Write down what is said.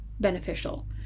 beneficial